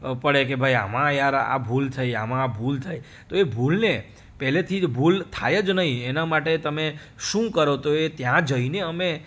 પડે કે ભાઈ આમાં યાર આ ભૂલ થઈ આમાં આ ભૂલ થઈ તો એ ભૂલને પહેલેથી જ ભૂલ થાય જ નહીં એના માટે તમે શું કરો તો એ ત્યાં જઈને અમે